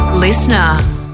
Listener